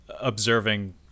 observing